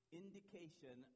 indication